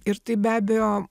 ir tai be abejo